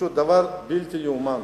פשוט דבר לא יאומן,